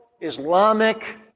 Islamic